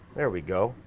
there we go,